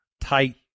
tight